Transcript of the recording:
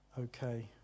Okay